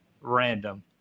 random